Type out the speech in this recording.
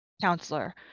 counselor